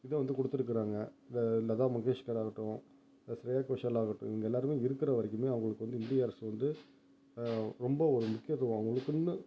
இதை வந்து கொடுத்துருக்குறாங்க இந்த லதா மங்கேஷ்கர் ஆகட்டும் இந்த ஸ்ரேயா கோஷல் ஆகட்டும் இவங்க எல்லாருமே இருக்கிற வரைக்குமே அவங்களுக்கு வந்து இந்திய அரசு வந்து ரொம்ப ஒரு முக்கியத்துவம் அவங்களுக்குன்னு